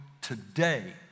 today